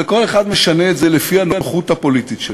וכל אחד משנה את זה לפי הנוחות הפוליטית שלו,